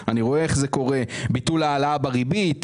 ביטול העלאה בריבית,